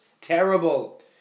terrible